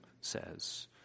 says